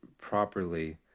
properly